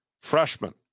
freshman